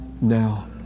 now